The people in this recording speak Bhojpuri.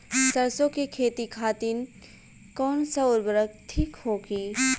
सरसो के खेती खातीन कवन सा उर्वरक थिक होखी?